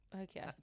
okay